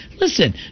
Listen